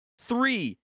Three